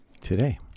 Today